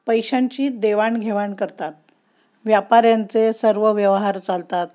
पैशांची देवाणघेवाण करतात व्यापाऱ्यांचे सर्व व्यवहार चालतात